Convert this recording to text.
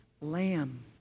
lamb